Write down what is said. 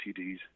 TDs